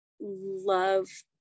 love